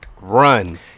run